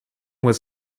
was